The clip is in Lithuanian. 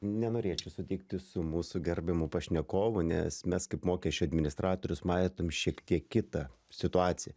nenorėčiau sutikti su mūsų gerbiamu pašnekovu nes mes kaip mokesčių administratorius matom šiek tiek kitą situaciją